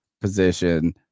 position